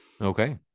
Okay